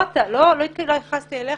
--- לא התייחסתי אליך,